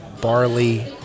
barley